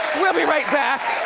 we'll be right back.